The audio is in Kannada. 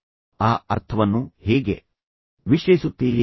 ಆದರೆ ನೀವು ಆ ಅರ್ಥವನ್ನು ಹೇಗೆ ವಿಶ್ಲೇಸುತ್ತೀರಿ